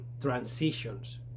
Transitions